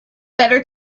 better